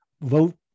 vote